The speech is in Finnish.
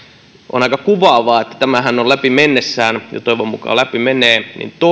on aika kuvaavaa että tämähän on läpi mennessään ja toivon mukaan läpi menee